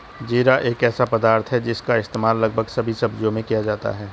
जीरा एक ऐसा पदार्थ है जिसका इस्तेमाल लगभग सभी सब्जियों में किया जाता है